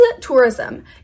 tourism